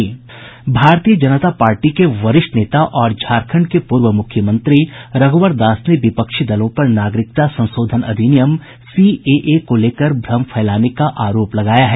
भारतीय जनता पार्टी के वरिष्ठ नेता और झारखंड के पूर्व मुख्यमंत्री रघुवर दास ने विपक्षी दलों पर नागरिकता संशोधन अधिनियम सीएए को लेकर भ्रम फैलाने का आरोप लगाया है